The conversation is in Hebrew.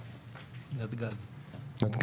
נתג"ז.